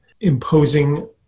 imposing